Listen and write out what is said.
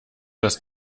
dass